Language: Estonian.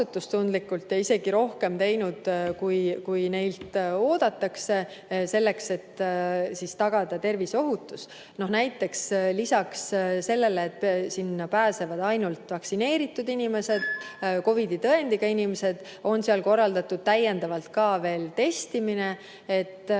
isegi rohkem, kui neilt oodatakse, selleks et tagada terviseohutus. Näiteks lisaks sellele, et üritustele pääsevad ainult vaktsineeritud inimesed, COVID‑i tõendiga inimesed, on seal korraldatud täiendavalt ka testimine, et